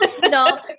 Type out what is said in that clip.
no